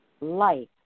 life